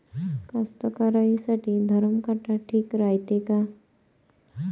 कास्तकाराइसाठी धरम काटा ठीक रायते का?